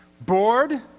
Bored